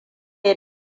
ya